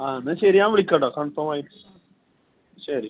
ആ എന്നാൽ ശരി ഞാൻ വിളിക്കാം കെട്ടോ കൺഫർം ആയി ശെരി ശെരി